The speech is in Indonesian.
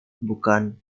bukan